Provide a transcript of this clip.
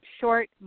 short